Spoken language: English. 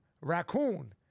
raccoon